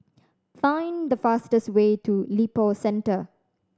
find the fastest way to Lippo Centre